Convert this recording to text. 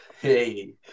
Hey